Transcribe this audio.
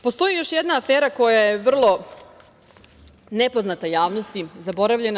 Postoji još jedna afera koja je vrlo nepoznata javnosti, zaboravljena.